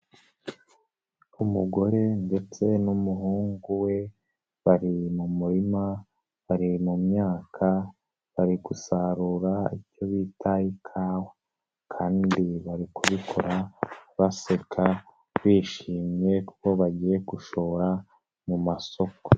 Umugore ndetse n'umuhungu we, bari mu murima, bari mu myaka, bari gusarura icyo bita ikawa. Kandi bari kubikora baseka, bishimye, kuko bagiye gushora mu masoko.